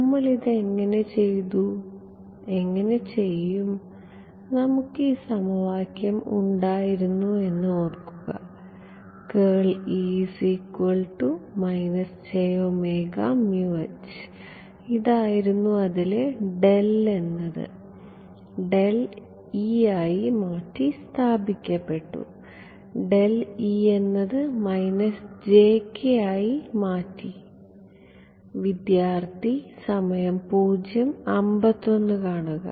നമ്മൾ ഇത് എങ്ങനെ ചെയ്തു എങ്ങനെ ചെയ്യും നമുക്ക് ഈ സമവാക്യം ഉണ്ടായിരുന്നു എന്ന് ഓർക്കുക ഇതായിരുന്നു അതിലെ എന്നത് ആയി മാറ്റിസ്ഥാപിക്കപ്പെട്ടു എന്നത് ആയി മാറ്റിസ്ഥാപിക്കപ്പെട്ടു